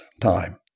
time